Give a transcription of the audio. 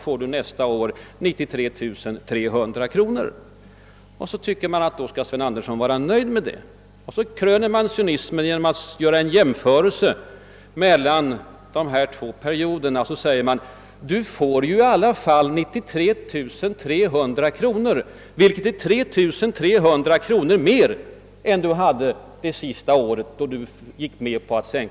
Du får alltså nästa år 93 300 kronor.» Det tycker man att Sven Andersson skall vara nöjd med. Sedan kröner man cynismen genom att göra en jämförelse mellan dessa båda perioder och säger: »Du får ju i alla fall 93 300 kronor, vilket är 3 300 kronor mer än Du hade det sista året, då ju lönen var 90000 kronor.